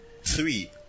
Three